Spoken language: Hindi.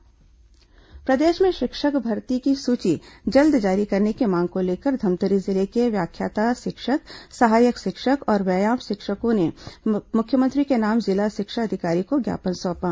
शिक्षक भर्ती मांग प्रदेश में शिक्षक भर्ती की सूची जल्द जारी करने की मांग को लेकर धमतरी जिले के व्याख्याता शिक्षक सहायक शिक्षक और व्यायाम शिक्षकों ने मुख्यमंत्री के नाम जिला शिक्षा अधिकारी को ज्ञापन सौंपा